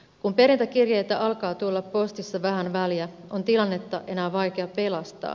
kun perintäkirjeitä alkaa tulla postissa vähän väliä on tilannetta enää vaikea pelastaa